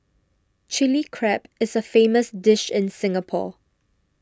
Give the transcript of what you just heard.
Chilli Crab is a famous dish in Singapore